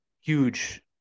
huge